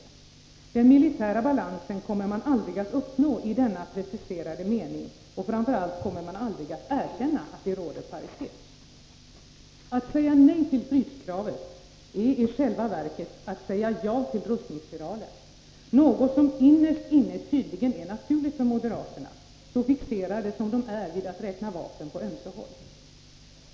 Den militära balansen kommer man aldrig att uppnå i denna preciserade mening, och framför allt kommer man aldrig att erkänna att det råder paritet. Att säga nej till fryskravet är i själva verket att säga ja till rustningsspiralen, någonting som innerst inne tydligen är naturligt för moderaterna, så fixerade som de är vid att räkna vapen på ömse håll.